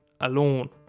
Alone